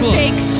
take